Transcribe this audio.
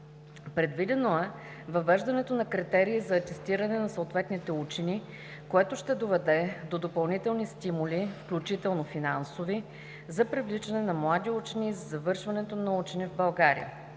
Предвидено е въвеждането на критерии за атестиране на съответните учени, което ще доведе до допълнителни стимули, включително финансови, за привличане на млади учени и за завръщането на учени в България.